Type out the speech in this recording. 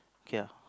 K ah